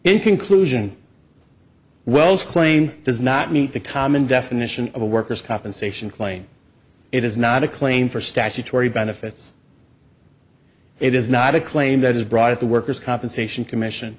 conclusion wells claim does not meet the common definition of a worker's compensation claim it is not a claim for statutory benefits it is not a claim that is brought of the worker's compensation commission